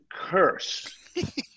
curse